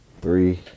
Three